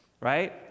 Right